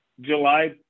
July